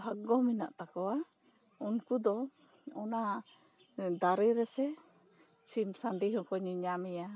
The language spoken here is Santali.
ᱵᱷᱟᱜᱽ ᱜᱳ ᱢᱮᱱᱟᱜ ᱛᱟᱠᱚᱣᱟ ᱩᱱᱠᱩ ᱫᱚ ᱚᱱᱟ ᱫᱟᱨᱮ ᱨᱮᱥᱮ ᱥᱤᱢ ᱥᱟᱺᱰᱤ ᱦᱚᱸᱠᱚ ᱧᱮᱞᱧᱟᱢᱮᱭᱟ